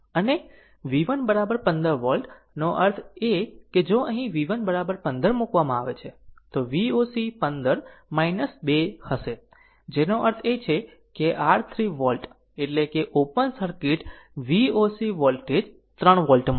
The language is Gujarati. અને V 1 15 વોલ્ટ નો અર્થ એ કે જો અહીં V 1 15 મૂકવામાં આવે છે તો V o c 15 2 હશે જેનો અર્થ એ છે કે r 3 વોલ્ટ એટલે કે open circuit V o c voltage 3 volt મળ્યો